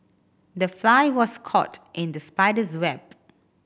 the fly was caught in the spider's web